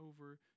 over